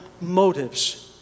motives